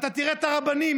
אתה תראה את הרבנים,